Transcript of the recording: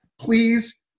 Please